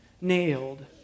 nailed